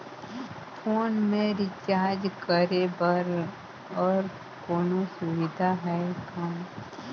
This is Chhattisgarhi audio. फोन मे रिचार्ज करे बर और कोनो सुविधा है कौन?